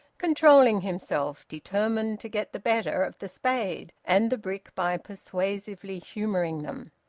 controlling himself, determined to get the better of the spade and the brick by persuasively humouring them.